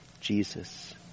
Jesus